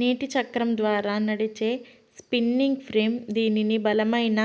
నీటి చక్రం ద్వారా నడిచే స్పిన్నింగ్ ఫ్రేమ్ దీనిని బలమైన